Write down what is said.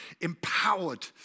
empowered